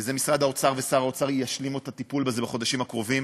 ומשרד האוצר ושר האוצר ישלימו את הטיפול בזה בחודשים הקרובים,